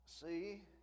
see